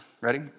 Ready